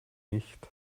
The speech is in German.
nicht